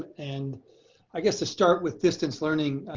and i guess to start with distance learning.